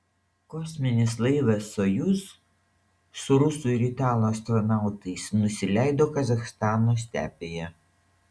kosminis laivas sojuz su rusų ir italų astronautais nusileido kazachstano stepėje